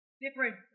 different